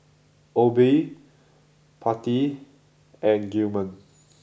Obie Patti and Gilman